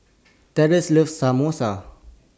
Tressa loves Samosa